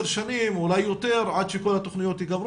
שנים או אולי יותר עד שכל התכניות יגמרו,